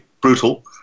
brutal